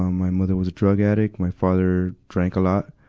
um my mother was a drug addict. my father drank a lot.